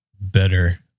better